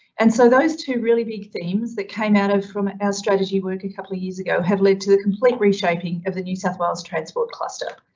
and so those two really big themes that came out of from our strategy work a couple of years ago have led to the complete reshaping of the new south wales transport cluster.